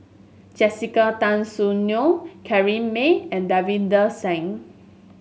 Jessica Tan Soon Neo Corrinne Me and Davinder Singh